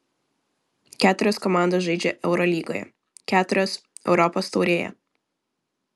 keturios komandos žaidžia eurolygoje keturios europos taurėje